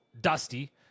Dusty